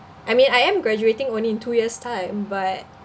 I mean I am graduating only in two years' time but